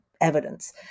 evidence